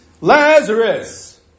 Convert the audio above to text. Lazarus